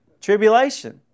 tribulation